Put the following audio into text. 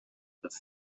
with